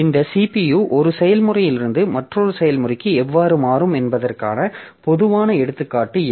இந்த CPU ஒரு செயல்முறையிலிருந்து மற்றொரு செயல்முறைக்கு எவ்வாறு மாறும் என்பதற்கான பொதுவான எடுத்துக்காட்டு இது